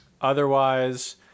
Otherwise